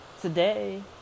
Today